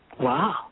Wow